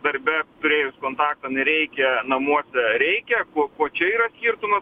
darbe turėjus kontaktą nereikia namuose reikia kuo kuo čia yra skirtumas